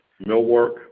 millwork